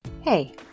Hey